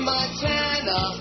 Montana